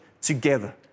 together